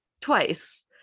twice